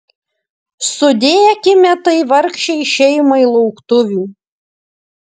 sudėkime tai vargšei šeimai lauktuvių